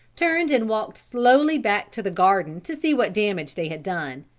turned and walked slowly back to the garden to see what damage they had done.